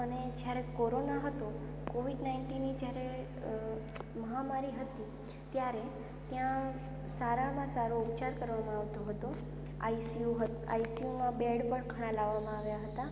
ને જ્યારે કોરોના હતો કોવિડ નાઇન્ટીનની જ્યારે મહામારી હતી ત્યારે ત્યાં સારામાં સારો ઉપચાર કરવામાં આવતો હતો આઇસી હત આઇસીયુમાં બેડ પણ ઘણાં લાવવામાં આવ્યા હતા